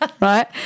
Right